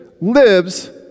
lives